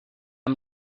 amb